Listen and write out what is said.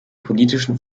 politischen